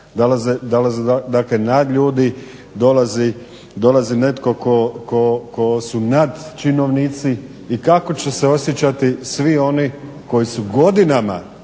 dolaze nadljudi, dolazi netko tko su nadčinovnici. I kako će se osjećati svi oni koji su godinama